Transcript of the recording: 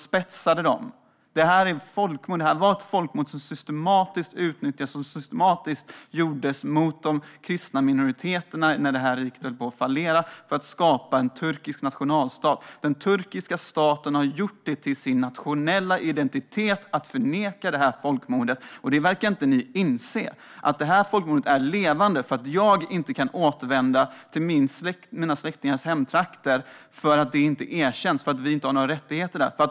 Det här var ett folkmord där man systematiskt utnyttjade och mördade de kristna minoriteterna när riket höll på att falla, för att skapa en turkisk nationalstat. Den turkiska staten har gjort det till sin nationella identitet att förneka det här folkmordet. Det verkar ni inte inse, Margot Wallström. Folkmordet är levande. Jag kan inte återvända till mina släktingars hemtrakter eftersom folkmordet inte har erkänts, eftersom vi inte har några rättigheter där.